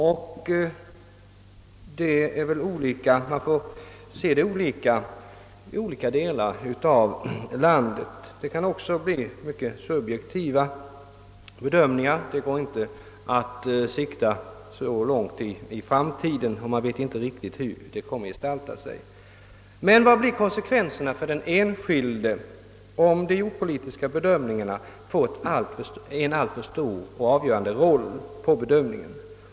Man kan få lov att bedöma saken olika för olika delar av landet och det kan också bli fråga om mycket subjektiva bedömningar. Det går inte att sikta så långt in i framtiden; ingen vet riktigt hur förhållandena då kommer att gestalta sig, Men om man skall tolka detta bokstavligt, vilka blir konsekvenserna för den enskilde om de jordpolitiska bedömningarna får spela en alltför stor och avgörande roll?